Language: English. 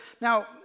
now